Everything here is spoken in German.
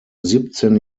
siebzehn